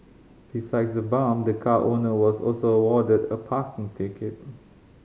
besides the bump the car owner was also awarded a parking ticket